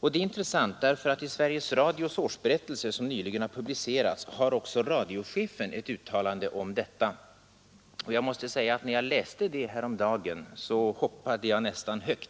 Det är intressant därför att i Sveriges Radios årsberättelse, som nyligen har publicerats, har också radiochefen ett uttalande om detta. Jag måste säga att när jag läste det häromdagen blev jag förvånad.